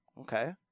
Okay